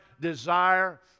desire